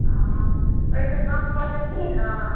आ ओहिसे कम कऽ देथिन ने